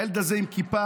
הילד הזה עם כיפה,